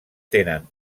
tenen